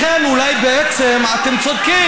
לכן, אולי בעצם אתם צודקים.